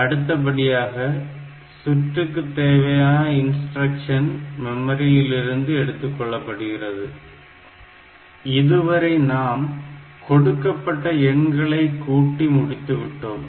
அடுத்தபடியாக சுற்றுக்கு தேவையான இன்ஸ்டிரக்ஷன் மெமரியில் இருந்து எடுத்துக் கொள்ளப்படுகிறது இதுவரை நாம் கொடுக்கப்பட்ட எண்களை கூட்டி முடித்துவிட்டோம்